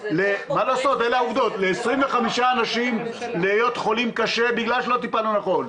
ול-25 אנשים להיות חולים קשה בגלל שלא טיפלנו נכון,